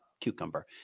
cucumber